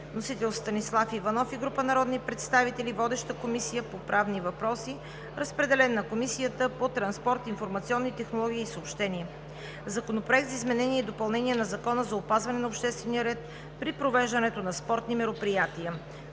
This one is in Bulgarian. Вносител – Станислав Иванов и група народни представители. Водеща е Комисията по правни въпроси. Разпределен е и на Комисията по транспорт, информационни технологии и съобщения. Законопроект за изменение и допълнение на Закона за опазване на обществения ред при провеждането на спортни мероприятия.